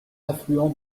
affluent